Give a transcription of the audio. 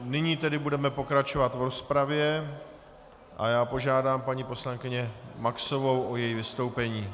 Nyní tedy budeme pokračovat v rozpravě a já požádám paní poslankyni Maxovou o její vystoupení.